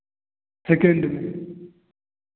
second में